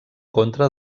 contra